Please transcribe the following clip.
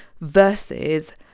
Versus